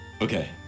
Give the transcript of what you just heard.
Okay